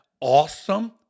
awesome